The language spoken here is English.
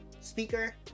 speaker